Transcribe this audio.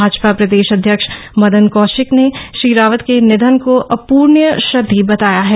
भाजपा प्रदेश अध्यक्ष मदन कौशिक ने श्री रावत के निधन को अपूर्णिय क्षति बताया है